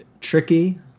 tricky